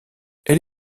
elle